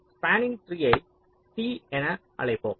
spanning ட்ரீயை T என அழைப்போம்